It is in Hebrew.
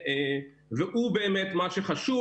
והוא באמת מה שחשוב,